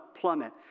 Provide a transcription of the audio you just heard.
plummet